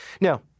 Now